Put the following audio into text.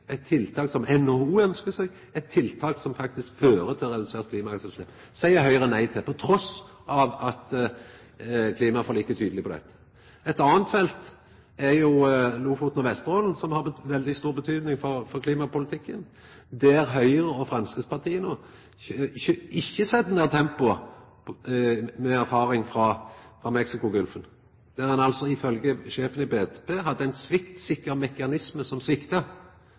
fører til redusert klimagassutslepp, seier Høgre nei til, trass i at klimaforliket er tydeleg når det gjeld dette. Eit anna felt er Lofoten og Vesterålen, som har veldig stor betyding for klimapolitikken, og der Høgre og Framstegspartiet ikkje set ned tempoet – med erfaring frå Mexicogolfen, der ein ifølgje sjefen i BP hadde ein sviktsikker mekanisme, som svikta.